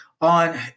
on